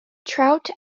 trout